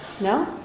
No